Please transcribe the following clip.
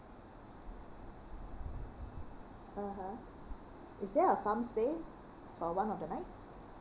(uh huh) is there a farm stay for one of the night